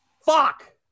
Fuck